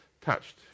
touched